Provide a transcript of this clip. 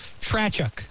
Trachuk